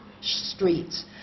streets